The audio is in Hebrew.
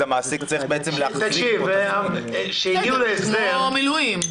המעסיק צריך להחזיק --- זה כמו מילואים.